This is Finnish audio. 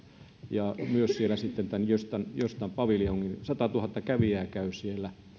ja sieltä tämän göstan göstan paviljongin satatuhatta kävijää käy siellä